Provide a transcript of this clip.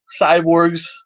cyborgs